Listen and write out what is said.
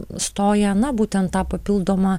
stoja na būtent tą papildomą